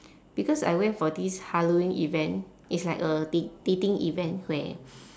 because I went for this halloween event it's like a dat~ dating event where